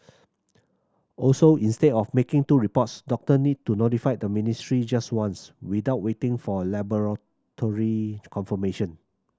also instead of making two reports doctor need to notify the ministry just once without waiting for laboratory confirmation